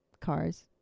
Cars